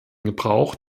gebrauch